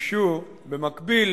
שימשו במקביל